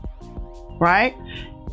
right